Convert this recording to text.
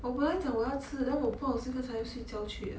我本来将我要吃 then 我不小心刚才又睡觉去了